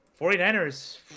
49ers